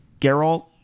Geralt